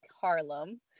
Harlem